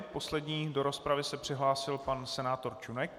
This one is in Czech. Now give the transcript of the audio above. Poslední do rozpravy se přihlásil pan senátor Čunek.